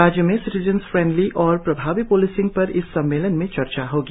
राज्य में citizen friendly और प्रभावी प्लिसिंग पर इस सम्मेलन में चर्चा होगी